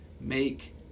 make